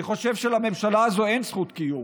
אני חושב שלממשלה הזו אין זכות קיום,